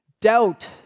Doubt